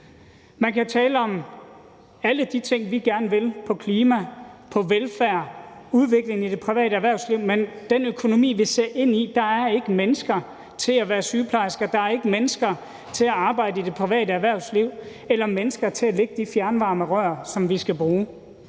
Man kan tale om alle de ting, vi gerne vil på klima, på velfærd, udviklingen i det private erhvervsliv, men i den økonomi, vi ser ind i, er der ikke mennesker til at være sygeplejersker, der er ikke mennesker til at arbejde i det private erhvervsliv eller mennesker til at lægge de fjernvarmerør, som vi skal bruge.